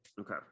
Okay